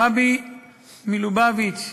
הרבי מלובביץ',